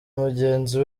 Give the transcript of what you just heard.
mugenzi